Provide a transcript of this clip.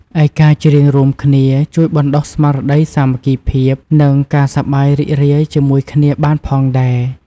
ឯការច្រៀងរួមគ្នាជួយបណ្ដុះស្មារតីសាមគ្គីភាព និងការសប្បាយរីករាយជាមួយគ្នាបានផងដែរ។